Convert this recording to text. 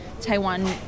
Taiwan